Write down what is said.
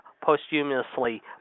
posthumously